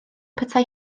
petai